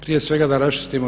Prije svega da raščistimo.